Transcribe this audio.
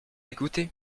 écouté